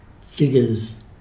figures